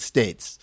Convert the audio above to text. States